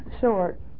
short